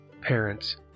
parents